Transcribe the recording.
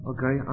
Okay